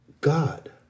God